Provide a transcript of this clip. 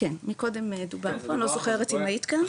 מקודם דובר פה, אני לא זוכרת אם היית כאן.